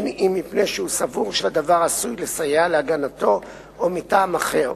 אם מפני שהוא סבור שהדבר עשוי לסייע להגנתו ואם מטעם אחר.